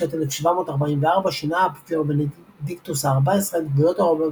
בשנת 1744 שינה האפיפיור בנדיקטוס ה-14 את גבולות הרובע,